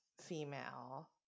female